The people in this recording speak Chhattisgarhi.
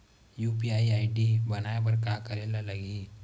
यू.पी.आई आई.डी बनाये बर का करे ल लगही?